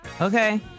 Okay